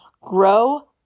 grow